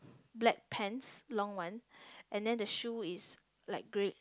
black pants long one and then the shoe is light grey